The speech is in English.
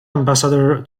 ambassador